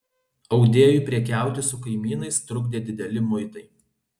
audėjui prekiauti su kaimynais trukdė dideli muitai